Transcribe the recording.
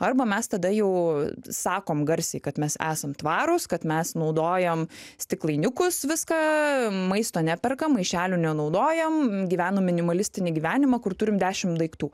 arba mes tada jau sakome garsiai kad mes esam tvarūs kad mes naudojam stiklainiukus viską maisto neperkam maišelių nenaudojam gyvenam minimalistinį gyvenimą kur turim dešimt daiktų